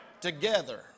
together